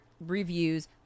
reviews